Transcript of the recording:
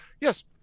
yes